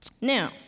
Now